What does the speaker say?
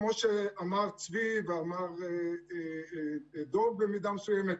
כפי שאמר צבי ואמר דב במידה מסוימת,